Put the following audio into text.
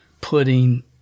putting